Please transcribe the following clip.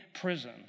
prison